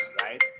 right